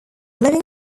living